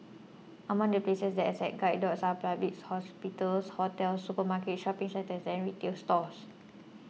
among the places that accept guide dogs are public hospitals hotels supermarkets shopping centres and retail stores